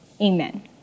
Amen